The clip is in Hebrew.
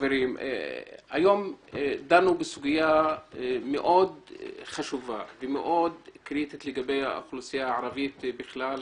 היום דנו בסוגיה מאוד חשובה ומאוד קריטית לגבי האוכלוסייה הערבית בכלל,